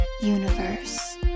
universe